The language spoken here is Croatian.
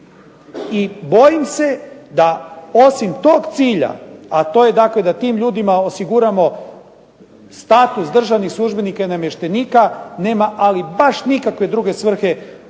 I bojim se da osim tog cilja, a to je dakle da tim ljudima osiguramo status državnih službenika i namještenika nema ali baš nikakve druge svrhe